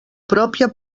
pròpia